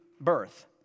birth